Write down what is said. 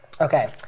Okay